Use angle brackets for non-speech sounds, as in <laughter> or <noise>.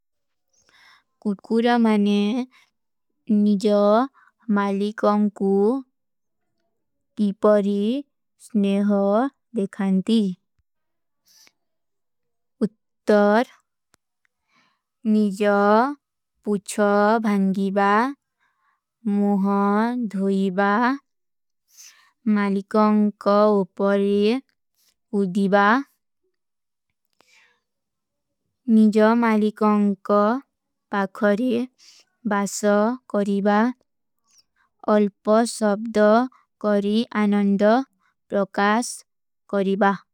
କୁର୍କୁରା ମନେ ନିଜା ମାଲିକୋଂ କୁ <hesitation> ଗୀପରୀ ସ୍ନେହୋ ଦେଖାନତୀ। <hesitation> ଉତ୍ତର, ନିଜା ପୁଚ୍ଛା ଭାଂଗୀବା, ମୋହା ଧୋଈବା, ମାଲିକୋଂ କା ଉପରୀ ଉଦୀବା, <hesitation> ନିଜା ମାଲିକୋଂ କା ପାଖୋରୀ ବାସା କୋରୀବା, ଓଲପୋ ସବ୍ଦା କୋରୀ ଅନନ୍ଦା ରୋକାସ କୋରୀବା।